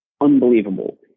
unbelievable